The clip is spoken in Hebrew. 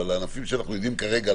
אבל ענפים שאנחנו יודעים כרגע,